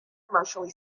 commercially